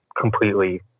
completely